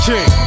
King